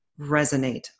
resonate